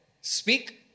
speak